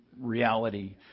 reality